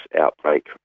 outbreak